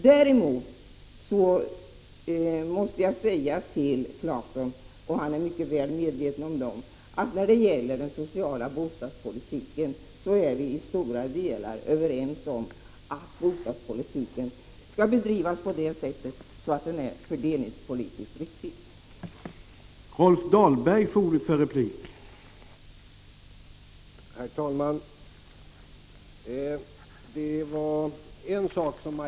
Däremot måste jag säga till Claeson att — och det är han mycket medveten om — när det gäller den sociala bostadspolitiken är vi till stora delar överens om att bostadspolitiken skall bedrivas på ett fördelningspolitiskt riktigt sätt.